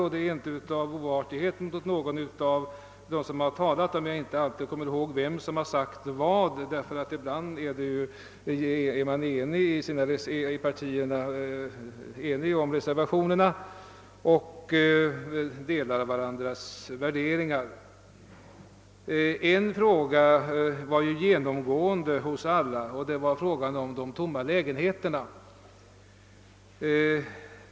Det är inte av oartighet mot någon som har talat, om jag inte alltid kommer ihåg vem som har sagt vad. Ibland går nämligen partierna tillsammans om reservationerna och delar varandras värderingar. En fråga har genomgående tagits upp av alla hittillsvarande talare, nämligen frågan om de tomma lägenheterna.